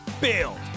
build